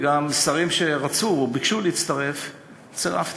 וגם שרים שרצו או ביקשו להצטרף צירפתי.